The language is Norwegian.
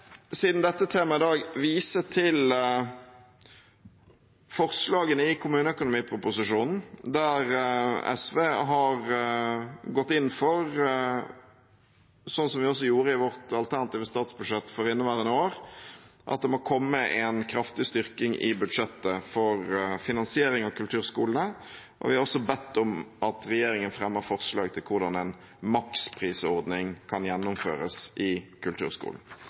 siden dette er temaet i dag, vise til forslagene i kommuneproposisjonen, der SV har gått inn for, slik som vi også gjorde i vårt alternative statsbudsjett for inneværende år, at det må komme en kraftig styrking i budsjettet for finansiering av kulturskolene. Vi har også bedt om at regjeringen fremmer forslag til hvordan en maksprisordning kan gjennomføres i kulturskolen.